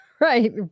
right